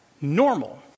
normal